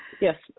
Yes